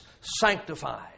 sanctified